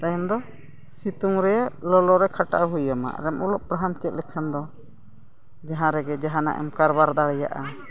ᱛᱟᱭᱚᱢ ᱫᱚ ᱥᱤᱛᱩᱝ ᱨᱮ ᱞᱚᱞᱚ ᱨᱮ ᱠᱷᱟᱴᱟᱣ ᱦᱩᱭᱟᱢᱟ ᱟᱨᱮᱢ ᱚᱞᱚᱜ ᱯᱟᱲᱦᱟᱣᱮᱢ ᱪᱮᱫ ᱞᱮᱠᱷᱟᱱ ᱫᱚ ᱡᱟᱦᱟᱸ ᱨᱮᱜᱮ ᱡᱟᱦᱟᱱᱟᱜ ᱮᱢ ᱠᱟᱨᱵᱟᱨ ᱫᱟᱲᱮᱭᱟᱜᱼᱟ